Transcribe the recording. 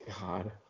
God